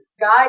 guide